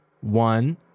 one